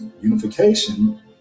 unification